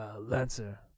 Lancer